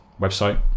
website